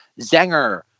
Zenger